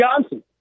Johnson